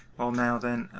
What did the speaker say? well now then,